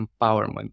empowerment